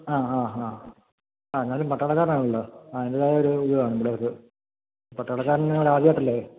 ആ ആ ആ എന്നാലും പട്ടാളക്കാരൻ ആണല്ലോ അതിൻ്റേതായ ഒരു ഇത് കാണും പിള്ളേർക്ക് പട്ടാളക്കാരൻ ഇവിടെ ആദ്യമായിട്ടല്ലേ